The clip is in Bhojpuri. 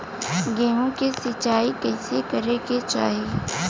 गेहूँ के सिंचाई कइसे करे के चाही?